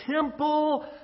temple